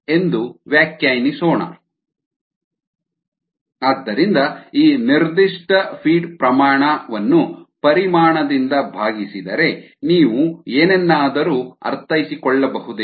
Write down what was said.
DFV ಆದ್ದರಿಂದ ಈ ನಿರ್ದಿಷ್ಟ ಫೀಡ್ ಪ್ರಮಾಣ ಅನ್ನು ಪರಿಮಾಣದಿಂದ ಭಾಗಿಸಿದರೆ ನೀವು ಏನನ್ನಾದರೂ ಅರ್ಥೈಸಿಕೊಳ್ಳಬಹುದೇ